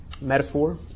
metaphor